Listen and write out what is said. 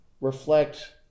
reflect